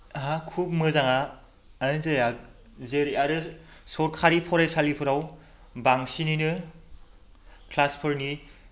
खुब मोजां जाया जेरै आरो सरकारि फरायसालिफोराव बांसिनैनो क्लासफोरनि